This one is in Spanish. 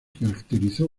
caracterizó